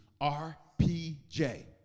R-P-J